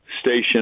station